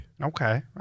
Okay